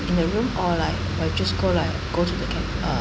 in the room or like I just go like go to the caf~ uh